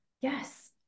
yes